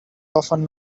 often